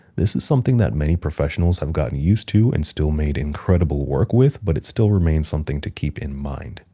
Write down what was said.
this is something that many professionals have gotten used to and still made incredible work with, but it still remains something to keep in mind.